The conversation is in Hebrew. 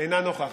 אינה נוכחת.